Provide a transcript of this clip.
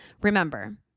Remember